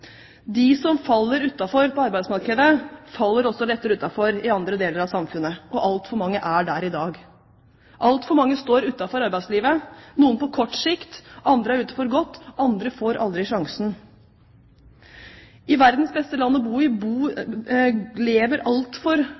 De som faller utenfor arbeidsmarkedet, faller også lettere utenfor i andre deler av samfunnet, og altfor mange er der i dag. Altfor mange står utenfor arbeidslivet, noen på kort sikt, andre er ute for godt, andre får aldri sjansen. I verdens beste land å bo i lever en altfor